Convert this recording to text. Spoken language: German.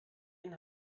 den